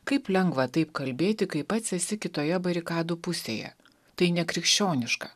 kaip lengva taip kalbėti kai pats esi kitoje barikadų pusėje tai nekrikščioniška